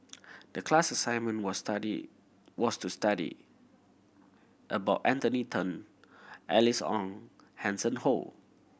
the class assignment was study was to study about Anthony Then Alice Ong Hanson Ho